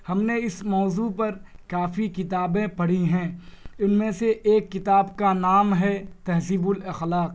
ہم نے اس موضوع پر کافی کتابیں پڑھی ہیں ان میں سے ایک کتاب کا نام ہے تہذیب الاخلاق